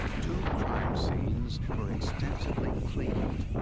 two crime scenes were extensively cleaned,